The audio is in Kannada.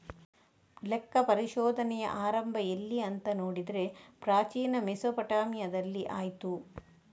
ಲೆಕ್ಕ ಪರಿಶೋಧನೆಯ ಆರಂಭ ಎಲ್ಲಿ ಅಂತ ನೋಡಿದ್ರೆ ಪ್ರಾಚೀನ ಮೆಸೊಪಟ್ಯಾಮಿಯಾದಲ್ಲಿ ಆಯ್ತು